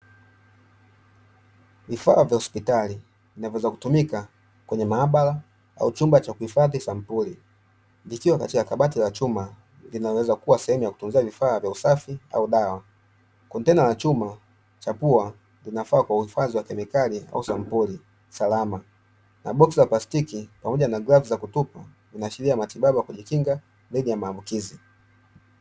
Vifaa vya hospitali, vinavyoweza kutumika kwenye maabara au chumba cha kuhifadhi sampuli, vikiwa katika kabati la chuma linaloweza kuwa sehemu ya kutunzia vifaa vya usafi au dawa. Kontena la chuma cha pua inafaa kwa uhifadhi wa kemikali au sampuli salama na boksi la plastiki pamoja na glavu za kutupwa, vinaashiria matibabu ya kujikinga dhidi ya maambukizi.